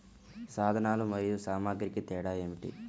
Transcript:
సాధనాలు మరియు సామాగ్రికి తేడా ఏమిటి?